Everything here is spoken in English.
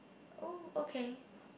oh okay